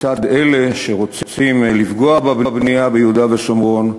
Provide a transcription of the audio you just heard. אלה שרוצים לפגוע בבנייה ביהודה ושומרון,